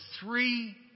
three